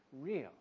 real